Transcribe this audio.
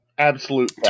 Absolute